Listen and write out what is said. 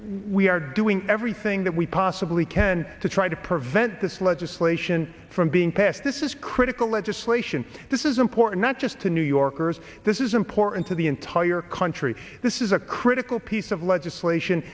we are doing everything that we possibly can to try to prevent this legislation from being passed this is critical legislation this is important not just to new yorkers this is important to the entire country this is a critical piece of legislation